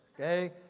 okay